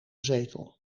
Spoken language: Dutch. zetel